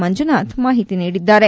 ಮಂಜುನಾಥ್ ಮಾಹಿತಿ ನೀಡಿದ್ದಾರೆ